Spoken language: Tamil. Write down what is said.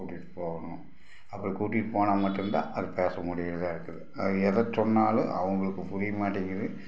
கூட்டிகிட்டு போகணும் அப்படி கூட்டிகிட்டு போனால் மட்டுந்தான் அது பேச முடியிறதா இருக்குது அவங்க எதை சொன்னாலும் அவங்களுக்கு புரியாமாட்டேங்கிது